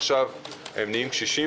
עכשיו הם נהיים בני 60,